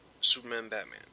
Superman-Batman